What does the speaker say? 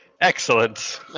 Excellent